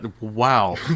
wow